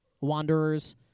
Wanderers